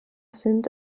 sind